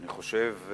אני חושב,